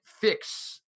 fix